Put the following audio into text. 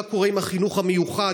מה קורה עם החינוך המיוחד,